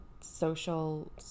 social